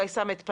גיא סמט,